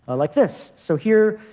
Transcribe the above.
ah like this. so here,